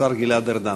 השר גלעד ארדן.